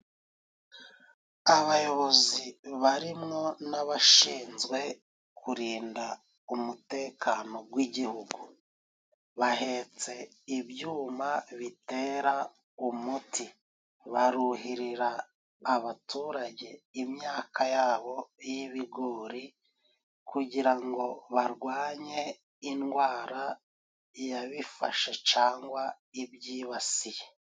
Abayobozi barimwo n'abashinzwe kurinda umutekano gw'Igihugu. Bahetse ibyuma bitera umuti. Baruhirira abaturage imyaka yabo y'ibigori kugira ngo barwanye indwara yabifashe cangwa ibyibasiye.